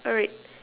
all right